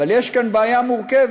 אבל יש כאן בעיה מורכבת,